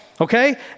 Okay